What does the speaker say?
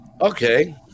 Okay